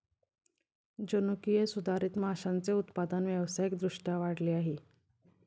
जनुकीय सुधारित माशांचे उत्पादन व्यावसायिक दृष्ट्या वाढले आहे